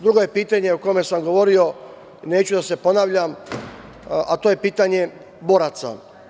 Drugo je pitanje o kome sam govorio, neću da se ponavljam, to je pitanje boraca.